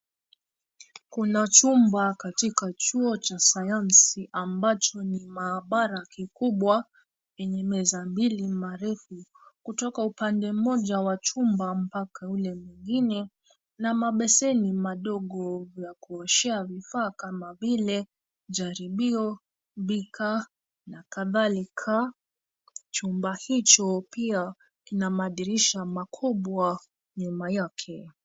Kuna chumba katika chuo cha sayansi ambacho ni maabara kikubwa, yenye meza mbili marefu, kutoka upande mmoja wa chumba mpaka ule mwingine, na mabeseni madogo vya kuoshea vifaa kama vile: jaribio, bika, na kadhalika. Chumba hicho pia, ina madirisha makubwa, nyuma yake.